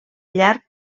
llarg